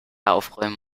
aufräumen